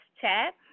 Chat